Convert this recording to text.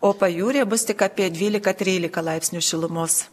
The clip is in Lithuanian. o pajūryje bus tik apie dvyliką tryliką laipsnių šilumos